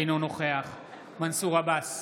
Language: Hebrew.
אינו נוכח מנסור עבאס,